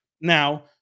Now